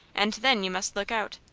and then you must look out.